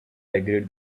agreed